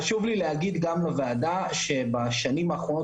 חשוב לי להגיד גם לוועדה שבשנים האחרונות